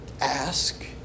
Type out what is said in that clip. Ask